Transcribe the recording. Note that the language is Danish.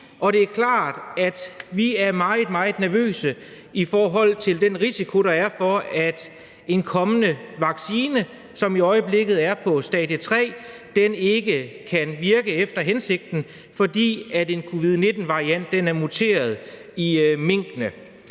og det er klart, at vi er meget, meget nervøse i forhold til den risiko, der er for, at en kommende vaccine, som i øjeblikket er på stadie 3, ikke kan virke efter hensigten, fordi en covid-19-variant er muteret i minkene.